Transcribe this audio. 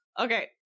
Okay